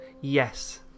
Yes